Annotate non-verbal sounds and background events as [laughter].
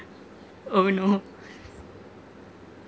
oh no [laughs]